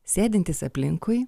sėdintys aplinkui